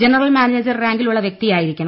general manager റാങ്കിലുള്ള വ്യക്തിയായിരിക്കണം